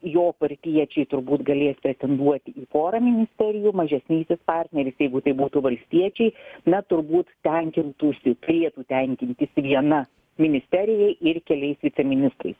jo partiečiai turbūt galės pretenduoti į porą ministerijų mažesnysis partneris jeigu tai būtų valstiečiai na turbūt tenkintųsi turėtų tenkintis viena ministerija ir keliais viceministrais